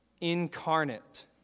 incarnate